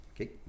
Okay